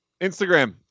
Instagram